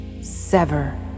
Sever